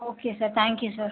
okay sir thank you sir